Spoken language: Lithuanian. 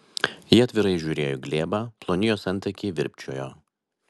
ji atvirai žiūrėjo į glėbą ploni jos antakiai virpčiojo